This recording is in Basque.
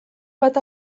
bat